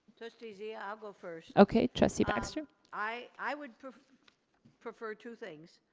trustee zia, i'll go first. okay, trustee baxter? i would prefer prefer two things.